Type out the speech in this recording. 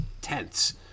tense